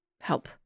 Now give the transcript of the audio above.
help